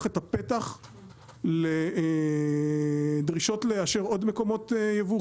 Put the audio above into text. את הפתח לדרישות לאשר עוד מקומות יבוא,